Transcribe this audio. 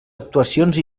actuacions